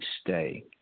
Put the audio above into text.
stay